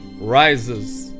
rises